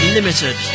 Limited